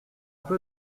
peu